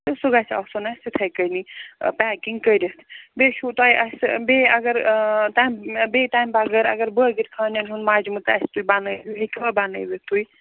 تہٕ سُہ گَژھِ آسُن اَسہِ یِتَھے کٔنی پٮ۪کِنٛگ کٔرِتھ بیٚیہِ چھُو تۄہہِ اَسہِ بیٚیہِ اگر تَمہِ بیٚیہِ تَمہِ بغٲر اگر بٲگِر خانٮ۪ن ہُنٛد مجمہٕ ہیٚکوٕ بنٲیِتھ تُہۍ